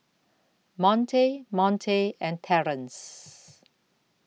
Monte Monte and Terrence